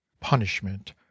punishment